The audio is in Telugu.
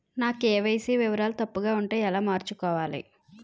నా కే.వై.సీ వివరాలు తప్పుగా ఉంటే ఎలా మార్చుకోవాలి?